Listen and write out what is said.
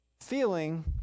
feeling